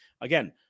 again